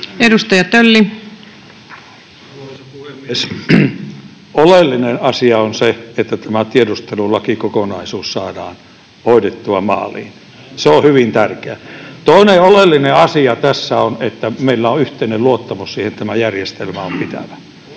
puhemies! Oleellinen asia on se, että tämä tiedustelulakikokonaisuus saadaan hoidettua maaliin. Se on hyvin tärkeää. Toinen oleellinen asia tässä on, että meillä on yhteinen luottamus siihen, että tämä järjestelmä on pitävä.